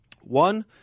One